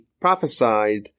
prophesied